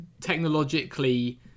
technologically